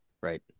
right